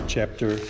Chapter